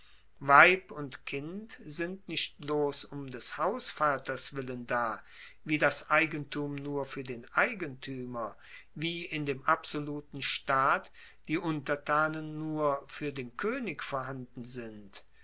weib und kind sind nicht bloss um des hausvaters willen da wie das eigentum nur fuer den eigentuemer wie in dem absoluten staat die untertanen nur fuer den koenig vorhanden sind